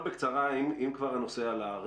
כבר הנושא עלה,